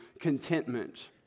contentment